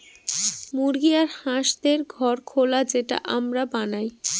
মুরগি আর হাঁসদের ঘর খোলা যেটা আমরা বানায়